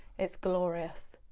it's glorious.